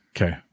Okay